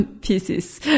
pieces